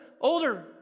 older